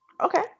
Okay